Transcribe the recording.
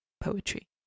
poetry